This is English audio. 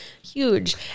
Huge